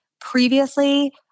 previously